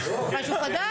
משהו חדש?